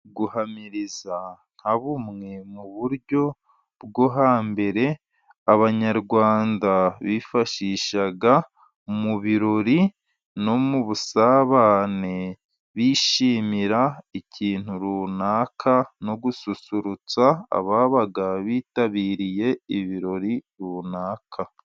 Guhamiriza nka bumwe mu buryo bwo hambere Abanyarwanda bifashishaga mu birori, no mu busabane bishimira ikintu runaka, no gususurutsa ababaga bitabiriye ibirori runaka.